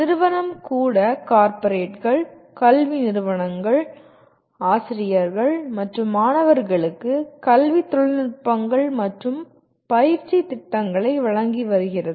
நிறுவனம் கூட கார்ப்பரேட்டுகள் கல்வி நிறுவனங்கள் ஆசிரியர்கள் மற்றும் மாணவர்களுக்கு கல்வி தொழில்நுட்பங்கள் மற்றும் பயிற்சி திட்டங்களை வழங்கி வருகிறது